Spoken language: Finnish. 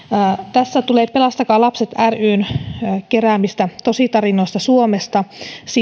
tässä tulee tarina pelastakaa lapset ryn keräämistä tositarinoista suomesta